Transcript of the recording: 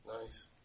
Nice